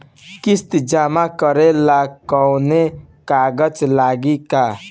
किस्त जमा करे ला कौनो कागज लागी का?